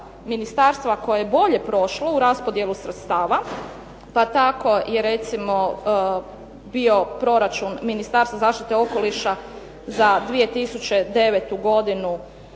ministarstava koje je bolje prošlo u raspodjeli sredstava, pa tako je recimo bio proračun Ministarstva zaštite okoliša za 2009. godinu